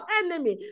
enemy